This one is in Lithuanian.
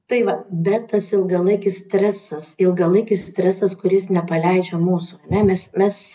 tai va bet tas ilgalaikis stresas ilgalaikis stresas kuris nepaleidžia mūsų ane mes mes